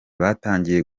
batangiye